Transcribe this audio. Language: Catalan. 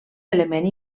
element